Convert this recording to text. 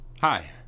Hi